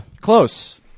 close